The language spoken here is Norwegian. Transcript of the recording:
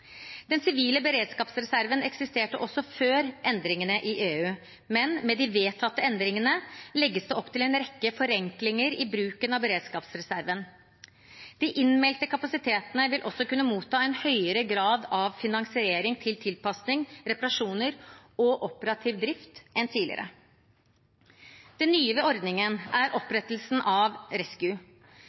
Den sivile beredskapsreserven eksisterte også før endringene i EU, men med de vedtatte endringene legges det opp til en rekke forenklinger i bruken av beredskapsreserven. De innmeldte kapasitetene vil også kunne motta en høyere grad av finansiering til tilpasning, reparasjoner og operativ drift enn tidligere. Det nye ved ordningen er opprettelsen av